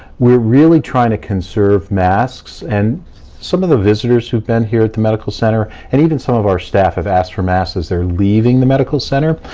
we're really trying to conserve masks, and some of the visitors who've been here at the medical center, and even some of our staff have asked for masks as they're leaving the medical center.